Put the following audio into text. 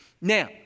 Now